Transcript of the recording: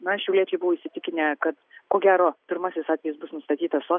na šiauliečiai buvo įsitikinę kad ko gero pirmasis atvejis bus nustatytas o